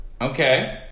Okay